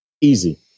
Easy